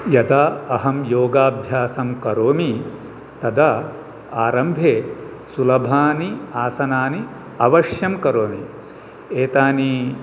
यदा अहं योगाभ्यासं करोमि तदा आरम्भे सुलभानि आसनानि अवश्यं करोमि एतानि